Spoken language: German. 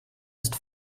ist